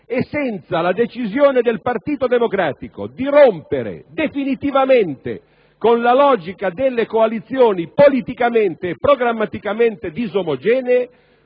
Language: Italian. senza la decisione del Partito Democratico di rompere definitivamente con la logica delle coalizioni politicamente e programmaticamente disomogenee,